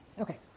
Okay